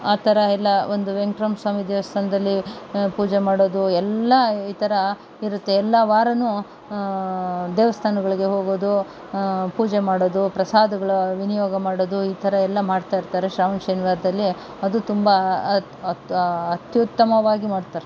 ಆ ಥರ ಎಲ್ಲ ಒಂದು ವೆಂಕಟರಮಣ ಸ್ವಾಮಿ ದೇವಸ್ಥಾನದಲ್ಲಿ ಪೂಜೆ ಮಾಡೋದು ಎಲ್ಲ ಈ ಥರ ಇರುತ್ತೆ ಎಲ್ಲ ವಾರವು ದೇವಸ್ಥಾನಗಳ್ಗೆ ಹೋಗೋದು ಪೂಜೆ ಮಾಡೋದು ಪ್ರಸಾದಗಳ ವಿನಿಯೋಗ ಮಾಡೋದು ಈ ಥರ ಎಲ್ಲ ಮಾಡ್ತಾಯಿರ್ತಾರೆ ಶ್ರಾವಣ ಶನಿವಾರದಲ್ಲಿ ಅದು ತುಂಬ ಅತ್ ಅತ್ ಅತ್ಯುತ್ತಮವಾಗಿ ಮಾಡ್ತಾರೆ